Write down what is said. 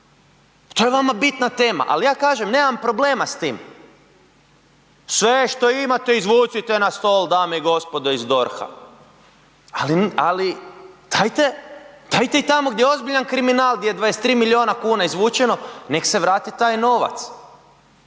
to je vama bitna tema. Ali ja kažem nemam problema s tim, sve što imate izvucite na stol dame i gospodo iz DORH-a, ali dajte i tamo gdje je ozbiljan kriminal gdje je 23 miliona kuna izvučeno nek se vrati taj novac,